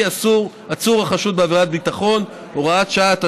(עצור החשוד בעבירת ביטחון) (הוראת שעה),